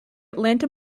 atlanta